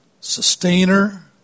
sustainer